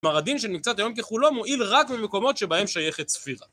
כלומר הדין של מקצת היום ככולו מועיל רק במקומות שבהם שייכת ספירה.